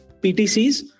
PTCs